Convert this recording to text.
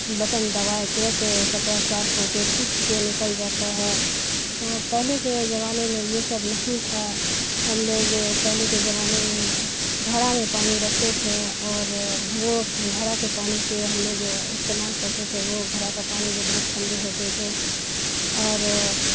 bottom دبائے ترت کپڑا صاف ہو کے سوکھ کے نکل جاتا ہے پہلے کے زمانے میں یہ سب نہیں تھا ہم لوگ پہلے کے زمانے میں گھڑا میں پانی رکھتے تھے اور وہ گھڑا کے پانی سے ہم لوگ استعمال کرتے تھے وہ گھڑا کا پانی جو بہت ٹھنڈے ہوتے تھے اور